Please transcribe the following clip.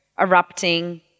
erupting